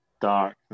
dark